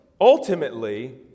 ultimately